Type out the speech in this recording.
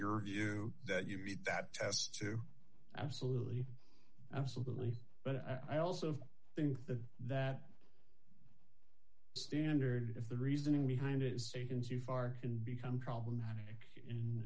your view that you beat that test too absolutely absolutely but i also think the that standard if the reasoning behind it statins you far can become problematic in